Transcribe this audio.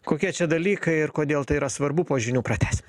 kokie čia dalykai ir kodėl tai yra svarbu po žinių pratęsim